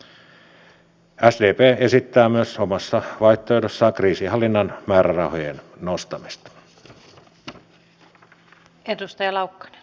toinen on vedetty pois ja toinen on lausunnoilta tullut ja katsotaan mitä sille sitten tapahtuu